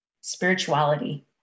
Spirituality